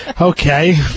Okay